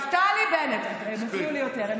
הם הפריעו לי יותר.